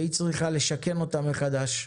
והיא צריכה לשכן אותם מחדש,